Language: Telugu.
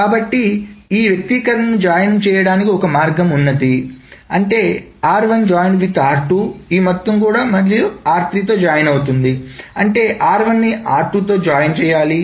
కాబట్టి ఈ వ్యక్తీకరణను జాయిన్ చేయడానికి ఒక మార్గం అంటే r1 నీ r2 తో జాయిన్ చేయాలి